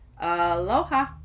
Aloha